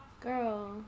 Girl